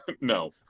No